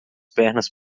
pernas